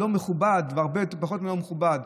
לא מכובד והרבה פחות מלא מכובד.